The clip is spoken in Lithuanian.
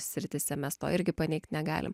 srityse mes to irgi paneigt negalim